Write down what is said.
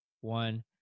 one